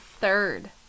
third